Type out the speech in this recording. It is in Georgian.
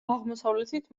აღმოსავლეთით